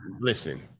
listen